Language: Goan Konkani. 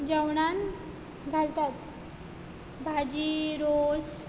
जेवणांत घालतात भाजी रोस